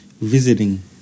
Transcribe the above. visiting